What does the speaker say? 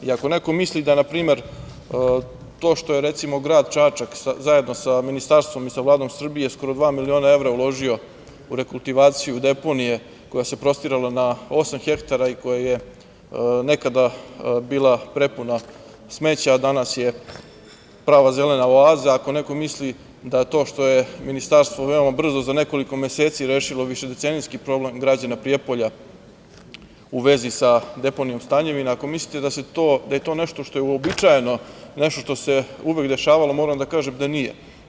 I ako, neko misli da npr. to što je recimo, grad Čačak zajedno sa Ministarstvom i sa Vladom Srbije, skoro dva miliona evra uložio u rekultivaciju deponije koja se prostirala na osam hektara i koje je nekada bila prepuna smeća, a danas je prava zelena oaza, i ako neko misli da to što je Ministarstvo veoma brzo za nekoliko meseci rešilo višedecenijski problem građana Prijepolja, u vezi sa deponijom Stanjevina, ako mislite da je to nešto što je uobičajeno, nešto što se uvek dešavalo, moram da kažem da nije.